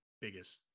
biggest